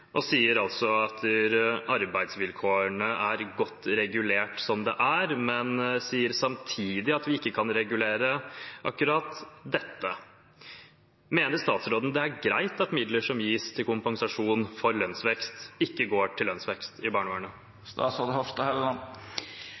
De sier at arbeidsvilkårene er godt regulert slik det er, men sier samtidig at vi ikke kan regulere akkurat dette. Mener statsråden det er greit at midler som gis til kompensasjon for lønnsvekst, ikke går til lønnsvekst i barnevernet?